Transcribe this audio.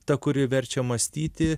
ta kuri verčia mąstyti